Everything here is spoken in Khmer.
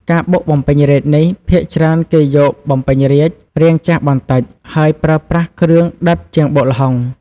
ការបុកបំពេញរាជ្យនេះ ភាគច្រើនគេយកបំពេញរាជ្យរាងចាស់បន្តិច ហើយប្រើប្រាស់គ្រឿងដិតជាងបុកល្ហុង។